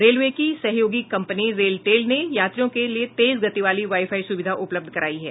railway की सहयोगी company RailTel ने यात्रियों के लिए तेज गति वाली वाई फाई सुविधा उपलब्ध कराई है